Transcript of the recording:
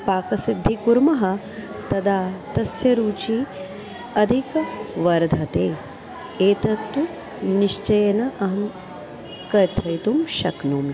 पाकसिद्धिं कुर्मः तदा तस्य रुचिः अधिका वर्धते एतत्तु निश्चयेन अहं कथयितुं शक्नोमि